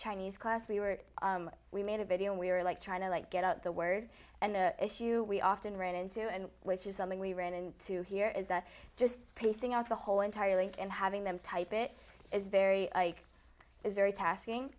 chinese class we were we made a video and we were like trying to like get out the word issue we often ran into and which is something we ran into here is that just placing out the whole entirely and having them type it is very like is very tasking